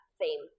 theme